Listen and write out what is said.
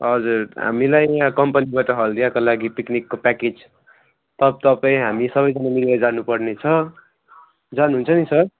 हजुर हामीलाई यहाँ कम्पनीबट हल्दियाको लागि पिकनिकको प्याकेज त तपाईँ हामी सबैजना मिलेर जानु पर्ने छ जानुहुन्छ नि सर